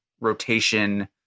rotation